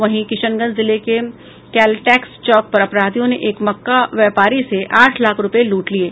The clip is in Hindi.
वहीं किशनगंज जिले के केलटैक्स चौक पर अपराधियों ने एक मक्का व्यापारी से आठ लाख रुपये लूट लिये